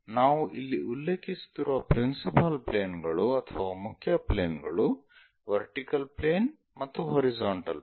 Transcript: ನಾವು ಇಲ್ಲಿ ಉಲ್ಲೇಖಿಸುತ್ತಿರುವ ಪ್ರಿನ್ಸಿಪಾಲ್ ಪ್ಲೇನ್ ಗಳು ಅಥವಾ ಮುಖ್ಯ ಪ್ಲೇನ್ ಗಳು ವರ್ಟಿಕಲ್ ಪ್ಲೇನ್ ಮತ್ತು ಹಾರಿಜಾಂಟಲ್ ಪ್ಲೇನ್